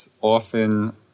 often